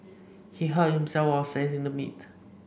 he hurt himself while slicing the meat